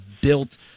built